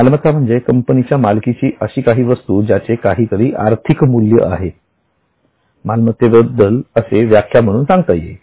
मालमत्ता म्हणजे कंपनीच्या मालकीची अशी काही वस्तू ज्याचे काहीतरी आर्थिक मूल्य आहे मालमत्तेबाबत असे व्याख्या म्हणून सांगता येईल